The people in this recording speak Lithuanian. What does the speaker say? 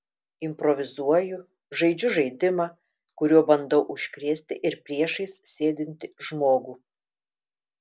improvizuoju žaidžiu žaidimą kuriuo bandau užkrėsti ir priešais sėdintį žmogų